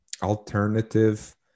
alternative